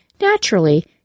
Naturally